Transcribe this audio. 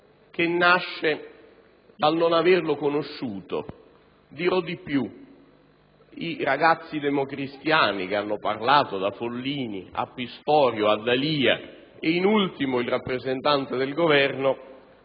che nasce dal non averlo conosciuto. Dirò di più: i ragazzi democristiani che hanno parlato, da Follini a Pistorio a D'Alia e, per ultimo, il rappresentante del Governo,